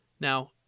Now